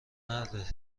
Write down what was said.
مرده